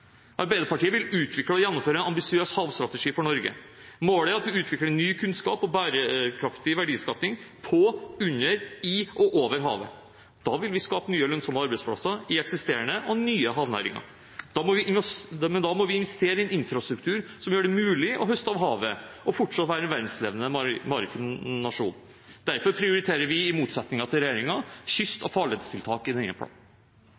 Arbeiderpartiet vil utvikle og gjennomføre en ambisiøs havstrategi for Norge. Målet er at vi utvikler ny kunnskap om bærekraftig verdiskaping på, under, i og over havet. Da vil vi skape nye, lønnsomme arbeidsplasser i eksisterende og nye havnæringer. Men da må vi investere i en infrastruktur som gjør det mulig å høste av havet og fortsatt være en verdensledende maritim nasjon. Derfor prioriterer vi, i motsetning til regjeringen, kyst- og farledstiltak i denne planen.